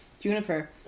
Juniper